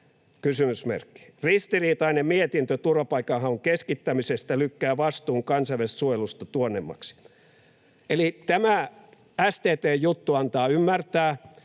Ristiriitainen mietintö turvapaikanhaun keskittämisestä lykkää vastuun kansainvälisestä suojelusta tuonnemmaksi.” Eli tämä STT:n juttu antaa ymmärtää,